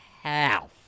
half